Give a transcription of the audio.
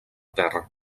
terra